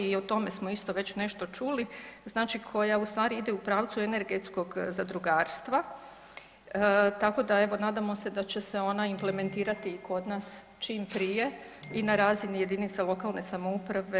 I o tome smo isto već nešto čuli, znači koja u stvari ide u pravcu energetskog zadrugarstva tako da evo nadamo se da će se ona implementirati i kod nas čim prije i na razini jedinica lokalne samouprave.